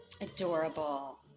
Adorable